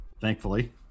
thankfully